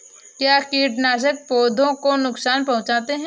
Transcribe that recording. क्या कीटनाशक पौधों को नुकसान पहुँचाते हैं?